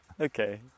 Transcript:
okay